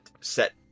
Set